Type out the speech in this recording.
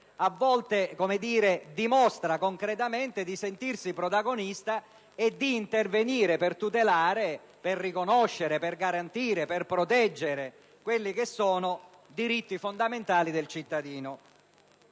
cioè dimostra concretamente di sentirsi protagonista e di intervenire per tutelare, riconoscere, garantire e proteggere i diritti fondamentali del cittadino.